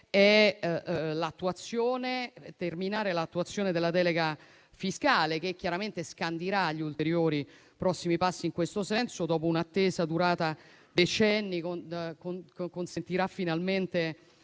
la completa attuazione della delega fiscale, che chiaramente scandirà gli ulteriori prossimi passi in questo senso e dopo un'attesa durata decenni consentirà finalmente